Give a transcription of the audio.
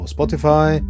Spotify